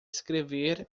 escrever